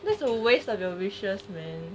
that's a waste of your wishes man